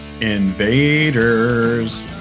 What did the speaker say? Invaders